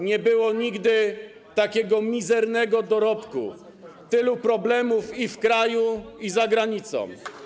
nie było nigdy takiego mizernego dorobku, tylu problemów i w kraju, i za granicą.